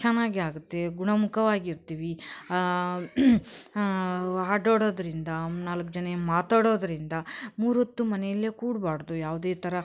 ಚೆನ್ನಾಗೇ ಆಗುತ್ತೆ ಗುಣಮುಖವಾಗಿರ್ತೀವಿ ಅಡ್ಡಾಡೋದ್ರಿಂದ ನಾಲ್ಕು ಜನಕ್ ಮಾತಾಡೋದರಿಂದ ಮೂರು ಹೊತ್ತೂ ಮನೆಯಲ್ಲೇ ಕೂರ್ಬಾಡ್ದು ಯಾವುದೇ ಥರ